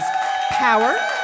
Power